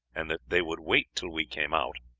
and that they would wait till we came out,